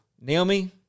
Naomi